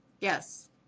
Yes